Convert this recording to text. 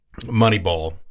Moneyball